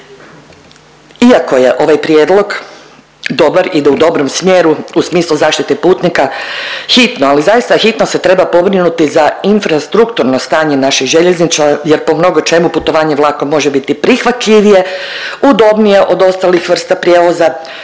Iako je ovaj prijedlog dobar, ide u dobrom smjeru u smislu zaštite putnika, hitno, ali zaista hitno se treba pobrinuti za infrastrukturno stanje naših željeznica jer po mnogo čemu putovanje vlakom može biti prihvatljivije, udobnije od ostalih vrsta prijevoza,